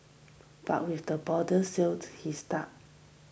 but with the borders sealed he is stuck